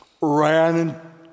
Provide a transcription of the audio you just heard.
ran